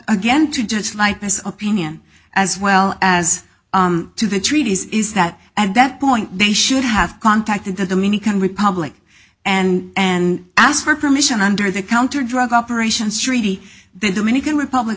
again to just lightness of opinion as well as to the treaties is that at that point they should have contacted the dominican republic and and asked for permission under the counter drug operations treaty the dominican republic